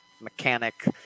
mechanic